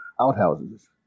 outhouses